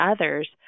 others